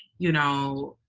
you know,